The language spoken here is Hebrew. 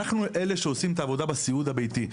אנחנו אלה שעושים את העבודה בסיעוד הביתי.